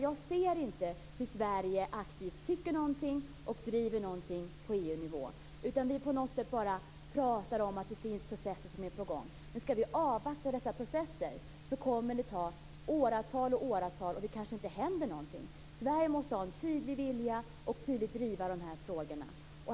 Jag ser inte att Sverige aktivt tycker och driver frågor på EU-nivå. Vi pratar bara om att processer är på gång. Men ska vi avvakta dessa processer kommer det att ta åratal, och det kanske inte händer någonting. Sverige måste ha en tydlig vilja och tydligt driva dessa frågor.